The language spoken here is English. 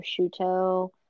prosciutto